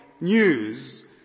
news